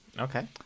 Okay